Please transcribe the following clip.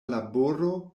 laboro